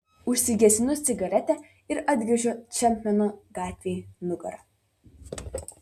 užgesinu cigaretę ir atgręžiu čepmeno gatvei nugarą